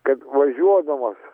kad važiuodamas